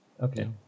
okay